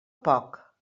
poc